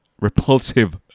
repulsive